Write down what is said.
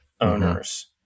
owners